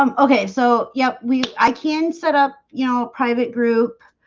um okay, so, yep. we i can set up, you know private group